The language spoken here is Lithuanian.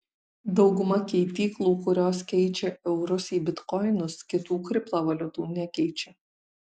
dauguma keityklų kurios keičia eurus į bitkoinus kitų kriptovaliutų nekeičia